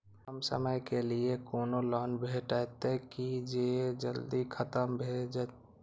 कम समय के लीये कोनो लोन भेटतै की जे जल्दी खत्म भे जे?